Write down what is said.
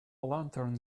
lantern